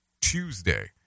Tuesday